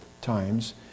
times